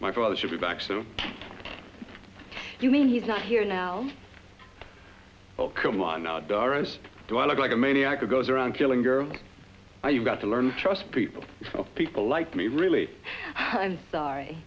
my father should be back so you mean he's not here now come on out doris do i look like a maniac it goes around killing girls you've got to learn to trust people people like me really i'm sorry